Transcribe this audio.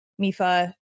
mifa